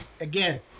again